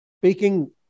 speaking